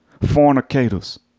fornicators